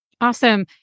Awesome